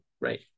Right